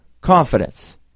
confidence